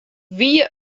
wie